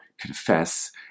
confess